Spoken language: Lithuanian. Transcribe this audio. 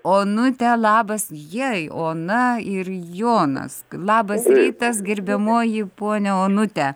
onutė labas jei ona ir jonas labas rytas gerbiamoji ponia onute